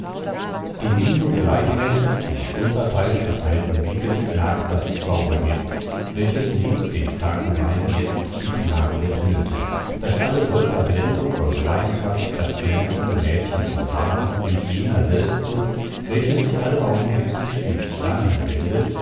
in diesen gleichmäßig und unparteiisch verteilten blicken lag das zaubergift welches nebst dem starken wein jetzt die knaben betörte daß alle voll verblendung und leidenschaft das glänzende mädchen umwarben mit jener selbstsucht welche sich allaugenblicklich stets dahin wendet